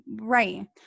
Right